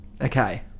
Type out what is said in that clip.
Okay